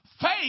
Faith